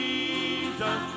Jesus